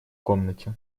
комнате